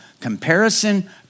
comparison